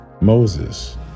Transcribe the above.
Moses